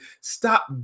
stop